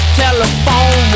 telephone